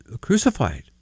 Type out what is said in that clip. crucified